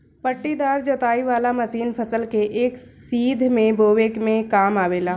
पट्टीदार जोताई वाला मशीन फसल के एक सीध में बोवे में काम आवेला